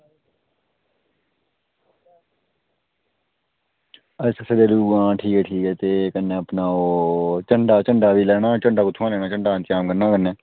अच्छा अच्छा ठीक ते कन्नै ओह् झंडा बी लैना ते कुत्थुआं लैना ते झंडे दा इंतजाम कुत्थुआं करना